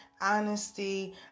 honesty